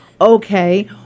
Okay